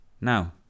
now